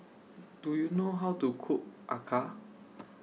Do YOU know How to Cook Acar